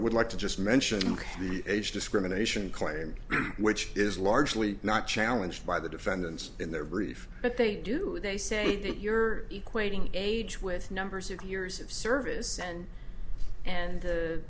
i would like to just mention the age discrimination claim which is largely not challenged by the defendants in their brief but they do they say that you're equating age with numbers of years of service and and